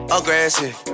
Aggressive